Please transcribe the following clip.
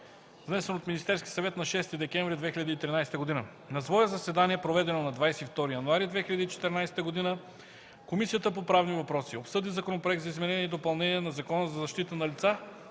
внесен от Министерския съвет на 6 декември 2013 г. На свое заседание, проведено на 22 януари 2014 г., Комисията по правни въпроси обсъди Законопроекта за изменение и допълнение на Закона за защита на лица,